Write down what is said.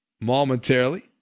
momentarily